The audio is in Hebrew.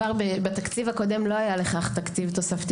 בתקציב הקודם לא היה לכך תקציב תוספתי